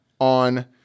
on